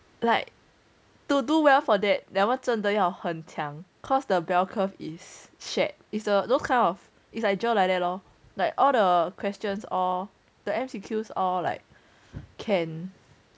like to do well for that that one 真的要很强 caused the bell curve is shared is the those kind of is like GER like that lor like all the questions all the M_C_Q all like can